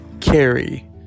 Carrie